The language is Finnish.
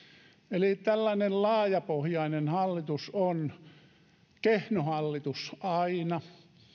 eli tällainen laajapohjainen hallitus on kehno hallitus aina